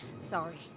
sorry